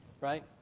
right